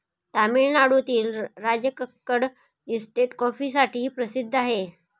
तामिळनाडूतील राजकक्कड इस्टेट कॉफीसाठीही प्रसिद्ध आहे